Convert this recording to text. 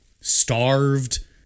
starved